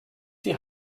die